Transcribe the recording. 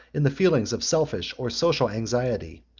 in the feelings of selfish or social anxiety,